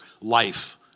life